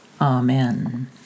Amen